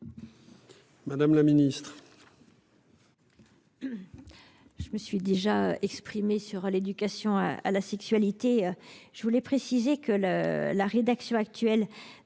Madame la ministre,